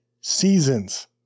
seasons